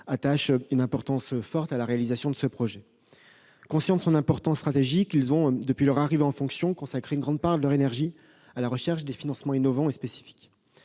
attachent une haute importance à la réalisation de ce projet. Conscients de son importance stratégique, ils ont, depuis leur arrivée en fonction, consacré une grande part de leur énergie à la recherche de financements innovants et spécifiques.